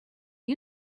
you